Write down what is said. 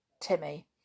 Timmy